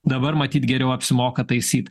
dabar matyt geriau apsimoka taisyt